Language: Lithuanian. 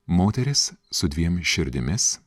moteris su dviem širdimis